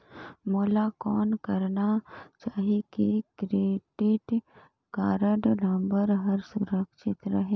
मोला कौन करना चाही की क्रेडिट कारड नम्बर हर सुरक्षित रहे?